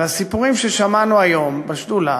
והסיפורים ששמענו היום בשדולה,